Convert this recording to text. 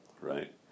right